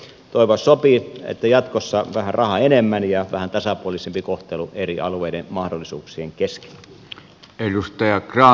toivoa sopii että jatkossa tulisi rahaa vähän enemmän ja vähän tasapuolisempi kohtelu eri alueiden mahdollisuuksien kesken